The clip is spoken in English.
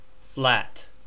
flat